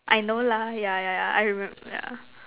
I know lah ya ya ya I remember yeah